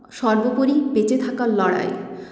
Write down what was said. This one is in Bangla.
সর্বোপরি বেঁচে থাকার লড়াই